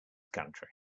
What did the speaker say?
country